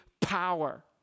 power